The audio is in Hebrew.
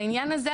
בעניין הזה,